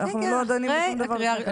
אנחנו לא דנים בשום דבר בקריאה הראשונה?